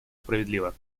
справедливо